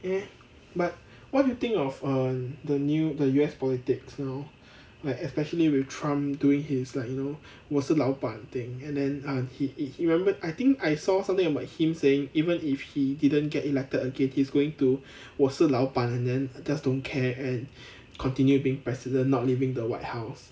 eh but what do you think of err the new the U_S politics now like especially with trump doing his like you know 我是老板 thing and then ah he he remembered I think I saw something about him saying even if he didn't get elected again he's going to 我是老板 and then just don't care and continue being president not leaving the white house